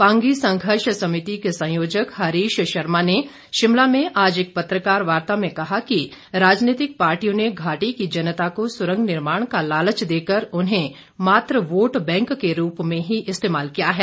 पांगी संघर्ष समिति के संयोजक हरीश शर्मा ने शिमला में आज एक पत्रकार वार्ता में कहा कि राजनीतिक पार्टियों ने घाटी की जनता को सुरंग निर्माण का लालच देकर उन्हें मात्र वोट बैंक के रूप में ही इस्तेमाल किया है